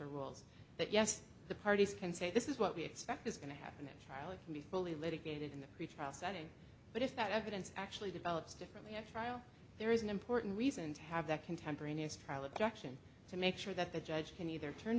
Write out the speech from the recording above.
are rules that yes the parties can say this is what we expect is going to happen it will be fully litigated in the pretrial setting but if that evidence actually develops differently at trial there is an important reason to have that contemporaneous trial abduction to make sure that the judge can either turn